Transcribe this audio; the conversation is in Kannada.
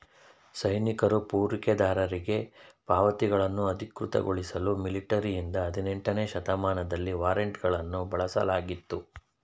ಸೈನಿಕರು ಪೂರೈಕೆದಾರರಿಗೆ ಪಾವತಿಗಳನ್ನು ಅಧಿಕೃತಗೊಳಿಸಲು ಮಿಲಿಟರಿಯಿಂದ ಹದಿನೆಂಟನೇ ಶತಮಾನದಲ್ಲಿ ವಾರೆಂಟ್ಗಳನ್ನು ಬಳಸಲಾಗಿತ್ತು